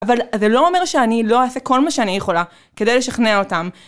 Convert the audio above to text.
אבל זה לא אומר שאני לא אעשה כל מה שאני יכולה כדי לשכנע אותם.